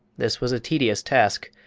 this was a tedious task,